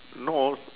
no